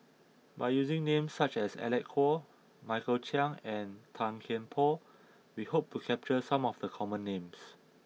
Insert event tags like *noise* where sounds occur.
by using names such as Alec Kuok Michael Chiang and Tan Kian Por *noise* we hope to capture some of the common names